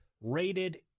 rated